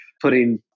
putting